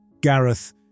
Gareth